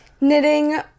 Knitting